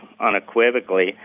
unequivocally